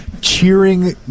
cheering